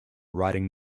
writing